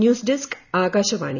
news desk Akashvani